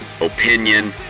opinion